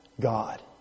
God